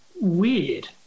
weird